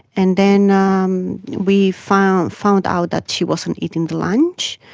and then um we found found out that she wasn't eating the lunch,